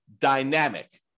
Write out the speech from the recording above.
dynamic